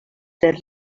ser